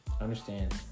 Understand